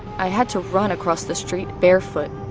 i had to run across the street barefoot.